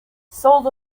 sold